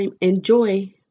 enjoy